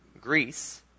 Greece